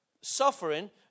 suffering